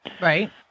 Right